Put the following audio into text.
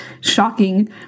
shocking